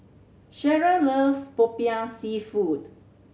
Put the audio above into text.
Cherryl loves Popiah Seafood